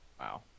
Wow